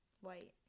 White